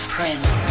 Prince